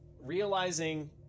realizing